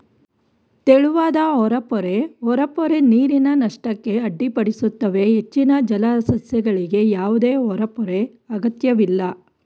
ತೆಳುವಾದ ಹೊರಪೊರೆ ಹೊರಪೊರೆ ನೀರಿನ ನಷ್ಟಕ್ಕೆ ಅಡ್ಡಿಪಡಿಸುತ್ತವೆ ಹೆಚ್ಚಿನ ಜಲಸಸ್ಯಗಳಿಗೆ ಯಾವುದೇ ಹೊರಪೊರೆ ಅಗತ್ಯವಿಲ್ಲ